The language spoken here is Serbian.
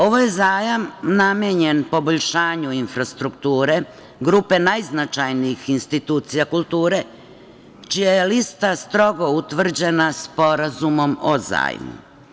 Ovo je zajam namenjen poboljšanju infrastrukture grupe najznačajnijih institucija kulture, čija je lista strogo utvrđena Sporazumom o zajmu.